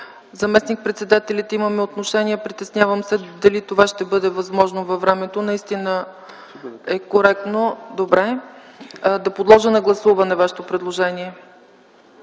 Заместник-председателите имаме отношение. Притеснявам се дали това ще бъде възможно във времето. Коректно е обаче да подложа на гласуване Вашето предложение.